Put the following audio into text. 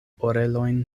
orelojn